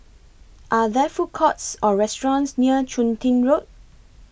Are There Food Courts Or restaurants near Chun Tin Road